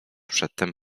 przedtem